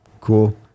Cool